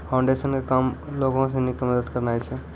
foundation के काम लोगो सिनी के मदत करनाय छै